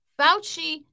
Fauci